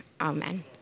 Amen